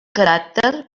caràcter